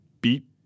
beat